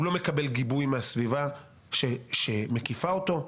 הוא לא מקבל גיבוי מהסביבה שמקיפה אותו.